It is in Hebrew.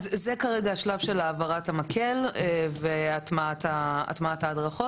אז כרגע זה השלב של העברת המקל והטמעת ההדרכות.